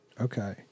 Okay